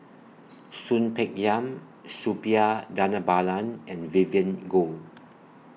Soon Peng Yam Suppiah Dhanabalan and Vivien Goh